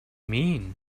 mean